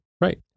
Right